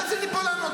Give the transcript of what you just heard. אז אני פה לענות לך.